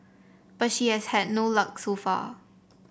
but she has had no luck so far